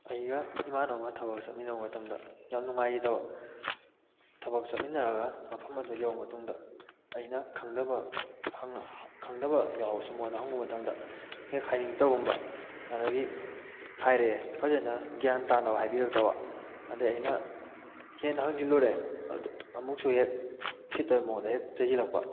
ꯑꯩꯒ ꯏꯃꯥꯟꯅꯕ ꯑꯃꯒ ꯊꯕꯛ ꯆꯠꯃꯤꯟꯅꯕ ꯃꯇꯝꯗ ꯌꯥꯝ ꯅꯨꯡꯉꯥꯏꯈꯤꯗꯕ ꯊꯕꯛ ꯆꯠꯃꯤꯟꯅꯔꯒ ꯃꯐꯝ ꯑꯗꯨ ꯌꯧꯔꯕ ꯃꯇꯨꯡꯗ ꯑꯩꯅ ꯈꯪꯗꯕ ꯈꯪꯗꯕ ꯌꯥꯎꯔꯁꯨ ꯃꯉꯣꯟꯗ ꯍꯪꯂꯨꯕ ꯃꯇꯝꯗ ꯍꯦꯛ ꯍꯥꯏꯅꯤꯡꯂꯛꯇꯕꯒꯨꯝꯕ ꯑꯗꯒꯤ ꯍꯥꯏꯔꯛꯑꯦ ꯐꯖꯅ ꯒ꯭ꯌꯥꯟ ꯇꯥꯅꯕ ꯍꯥꯏꯕꯤꯔꯛꯇꯕ ꯑꯗꯒꯤ ꯑꯩꯅ ꯍꯦꯟꯅ ꯍꯪꯖꯤꯜꯂꯨꯔꯦ ꯑꯃꯨꯛꯁꯨ ꯍꯦꯛ ꯎꯁꯤꯠꯇꯕ ꯃꯑꯣꯡꯗ ꯍꯦꯛ ꯆꯩꯁꯤꯜꯂꯛꯄ